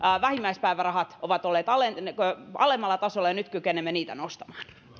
vähimmäispäivärahat ovat olleet alemmalla tasolla ja nyt kykenemme niitä nostamaan